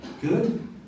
Good